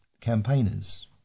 campaigners